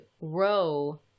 row